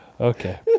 Okay